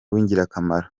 w’ingirakamaro